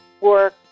work